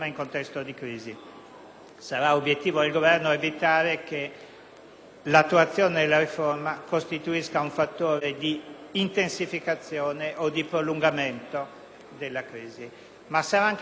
l'attuazione della riforma costituisca un fattore di intensificazione o di prolungamento della crisi, ma anche questo oggetto sarà della discussione che faremo insieme, decreto per decreto.